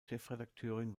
chefredakteurin